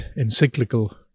encyclical